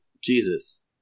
Jesus